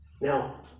Now